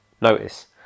notice